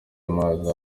amazi